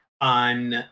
on